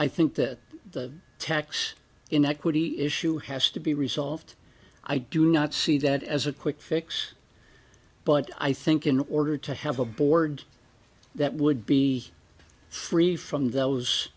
i think that the tax inequity issue has to be resolved i do not see that as a quick fix but i think in order to have a board that would be free from those